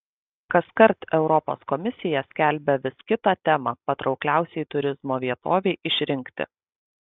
kaskart europos komisija skelbia vis kitą temą patraukliausiai turizmo vietovei išrinkti